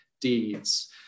deeds